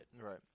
Right